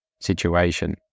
situation